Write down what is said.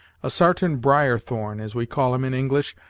a sartain briarthorn, as we call him in english,